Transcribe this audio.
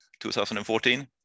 2014